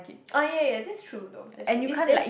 ah ya ya that's true though that's true is there